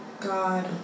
God